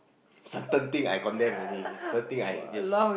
certain thing I condemn already certain thing I just